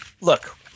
look